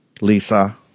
Lisa